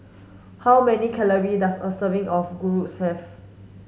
how many calorie does a serving of Gyros have